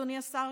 אדוני השר,